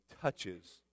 touches